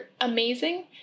amazing